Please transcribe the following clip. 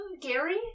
Gary